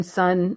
son